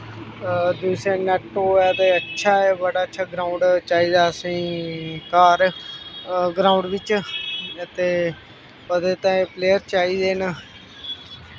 net होऐ ते अच्छा ऐ बड़ा अच्छा ग्राउंड चाहिदा असें घर ग्राउंड बिच ते ओह्दे ताईं प्लेयर चाहिदे न